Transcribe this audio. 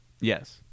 Yes